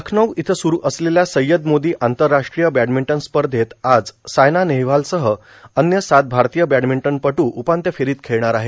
लखनौ इथं सुरू असलेल्या सय्यद मोदी आंतरराष्ट्रीय बॅडमिंटन स्पर्धेत आज सायना नेहवालसह अन्य सात भारतीय बॅडमिंटनपटू उपान्त्य फेरीत खेळणार आहेत